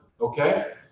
okay